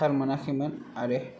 थाल मोनाखैमोन आरो